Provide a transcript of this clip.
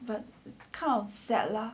but kind of sad lah